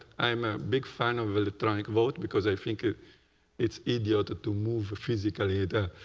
i'm a big fan of electronic vote because i think it's easier to to move physical yeah data.